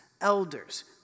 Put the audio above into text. elders